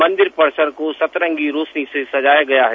मंदिर परिसर को सतरंगी रोशनी से सजाया गया है